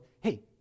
hey